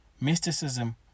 Mysticism